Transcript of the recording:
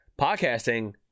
podcasting